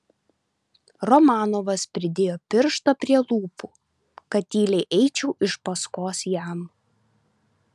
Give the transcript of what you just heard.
romanovas pridėjo pirštą prie lūpų kad tyliai eičiau iš paskos jam